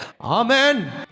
Amen